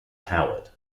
howard